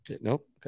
Nope